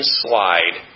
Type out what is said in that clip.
slide